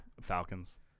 Falcons